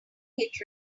hit